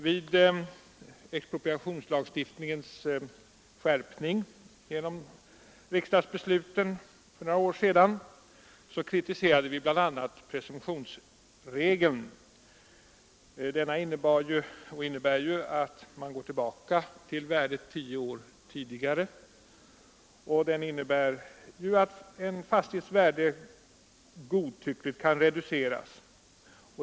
Vid expropriationslagstiftningens skärpning genom riksdagsbesluten för några år sedan kritiserade vi bl.a. presumtionsregeln. Denna innebär att man går tillbaka till ett tio år gammalt värde; den innebär vidare att en fastighets värde godtyckligt kan reduceras.